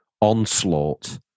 onslaught